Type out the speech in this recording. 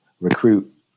recruit